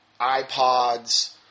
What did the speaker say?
iPods